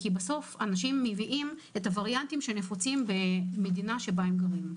כי בסוף אנשים מביאים את הווריאנטים שנפוצים במדינה שבה הם גרים.